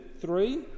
three